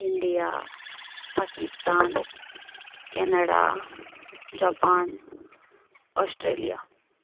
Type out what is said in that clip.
India Pakistan Canada Japan Australia